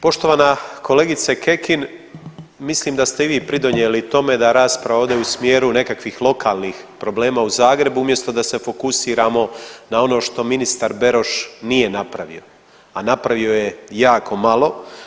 Poštovana kolegice Kekin, mislim da ste i vi pridonijeli tome da rasprava ode u smjeru nekakvih lokalnih problema u Zagrebu umjesto da se fokusiramo na ono što ministar Beroš nije napravio, a napravio je jako malo.